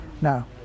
Now